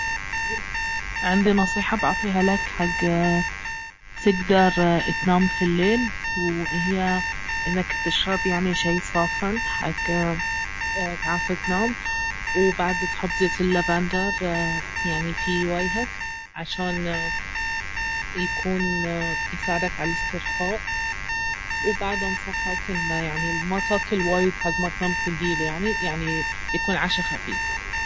عندي نصيحة بعطيها لك حق تقدر تنام في الليل واهي انك تشرب يعني شي صاخن حق تعرف تنام وبعد تحط زيت اللافندر يعني في ويهك عشان يكون يساعدك على الاسترخاء وبعد انصحك انه يعني ما تاكل وايد حق ما تنام ثقيل يعني يعني يكون عشا خفيف